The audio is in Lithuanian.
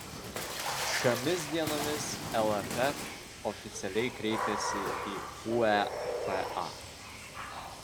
šiomis dienomis lff oficialiai kreipėsi į uefa